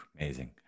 Amazing